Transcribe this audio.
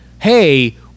hey